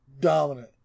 Dominant